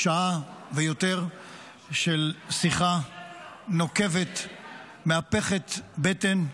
שעה ויותר של שיחה נוקבת, מהפכת בטן,